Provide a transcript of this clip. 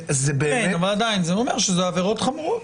כן, אבל עדין זה אומר שאלה עבירות חמורות.